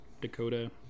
Dakota